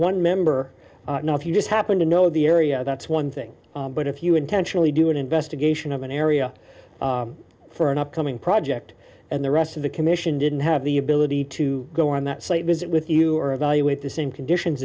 one member if you just happen to know the area that's one thing but if you intentionally do an investigation of an area for an upcoming project and the rest of the commission didn't have the ability to go on that site visit with you or evaluate the same conditions